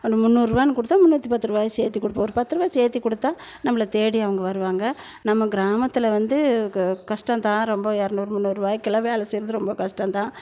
அது முந்நூறுருபானு கொடுத்தா முந்நூற்று பத்துருபாய சேர்த்தி கொடுப்போம் ஒரு பத்துருபாய சேர்த்தி கொடுத்தா நம்மளை தேடி அவங்க வருவாங்க நம்ம கிராமத்தில் வந்து கஷ்டந்தான் ரொம்ப இரநூறு முந்நூறுவாய்க்கெல்லாவே வேலை செய்கிறது ரொம்ப கஷ்டந்தான்